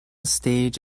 stage